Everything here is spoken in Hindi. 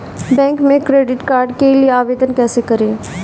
बैंक में क्रेडिट कार्ड के लिए आवेदन कैसे करें?